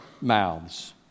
mouths